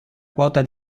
quota